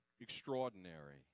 extraordinary